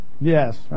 Yes